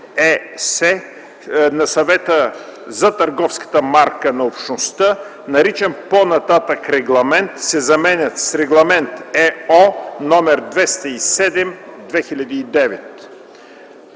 на Съвета за търговската марка на Общността, наричан по-нататък „Регламент”, се заменят с „Регламент (ЕО) № 207/2009”.